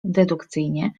dedukcyjnie